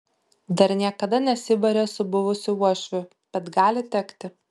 dar niekada nesibarė su buvusiu uošviu bet gali tekti